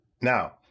Now